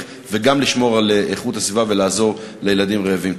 וגם לשמור על הסביבה ולעזור לילדים רעבים.